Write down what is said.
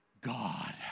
God